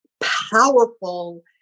powerful